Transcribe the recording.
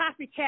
copycat